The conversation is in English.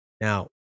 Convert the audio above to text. Now